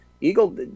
Eagle